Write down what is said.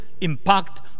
impact